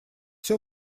все